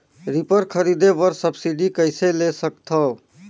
Reaper खरीदे बर subsidy कइसे ले सकथव?